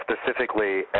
specifically